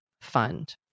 Fund